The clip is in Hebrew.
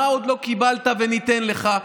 מה עוד לא קיבלת וניתן לך?